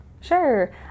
Sure